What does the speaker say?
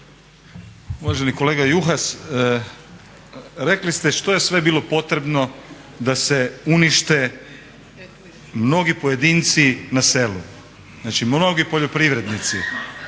Uvaženi kolega Juhas, rekli ste što je sve bilo potrebno da se unište mnogi pojedinci na selu, znači mnogi poljoprivrednici.